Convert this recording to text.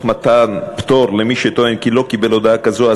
מתן פטור למי שטוען כי לא קיבל הודעה כזאת,